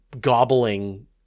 gobbling